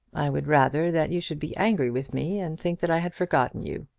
i would rather that you should be angry with me and think that i had forgotten you.